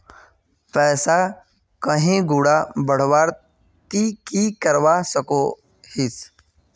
पैसा कहीं गुणा बढ़वार ती की करवा सकोहिस?